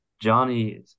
Johnny